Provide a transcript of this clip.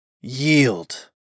Yield